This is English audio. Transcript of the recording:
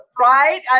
Right